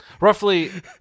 Roughly